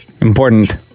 Important